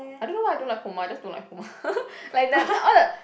I don't know why I don't like Puma just don't like Puma like the all the